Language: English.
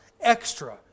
extra